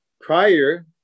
prior